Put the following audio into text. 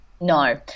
no